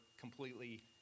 completely